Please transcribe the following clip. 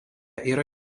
yra